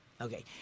Okay